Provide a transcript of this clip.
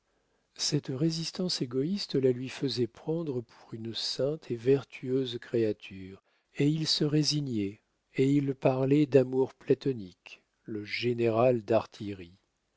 cette résistance égoïste la lui faisait prendre pour une sainte et vertueuse créature et il se résignait et il parlait d'amour platonique le général d'artillerie